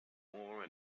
more